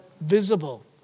visible